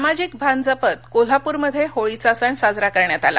सामाजिक भान जपत कोल्हापूरमध्य विळीचा सण साजरा करण्यात आला